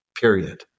period